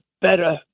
better